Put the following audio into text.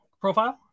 Profile